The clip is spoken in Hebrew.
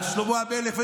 על שלמה המלך,